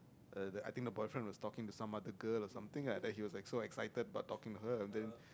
uh the I think the boyfriend was talking to some other girl or something lah then he was like so excited but talking to her and then